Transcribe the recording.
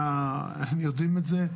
הם יודעים את זה.